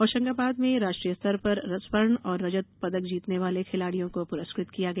होशंगाबाद में राष्ट्रीय स्तर पर स्वर्ण और रजत पदक जीतने वाले खिलाड़ियों को पुरस्कृत किया गया